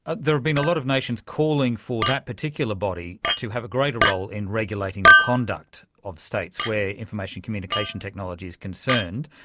there been a lot of nations calling for that particular body to have a greater role in regulating the conduct of states where information communication technology is concerned.